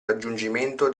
raggiungimento